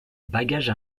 bagage